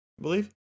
believe